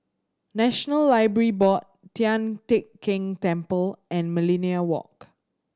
National Library Board Tian Teck Keng Temple and Millenia Walk